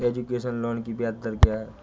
Education loan की ब्याज दर क्या है?